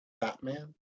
Batman